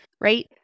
right